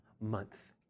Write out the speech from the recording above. month